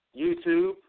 YouTube